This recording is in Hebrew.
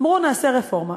בואו נעשה רפורמה.